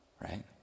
right